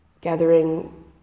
gathering